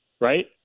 right